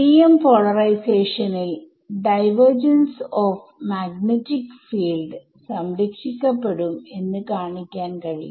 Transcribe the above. TM പോളറൈസേഷനിൽ divergence of magnetic field സംരക്ഷിക്കപ്പെടും എന്ന് കാണിക്കാൻ കഴിയും